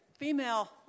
Female